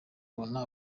mubona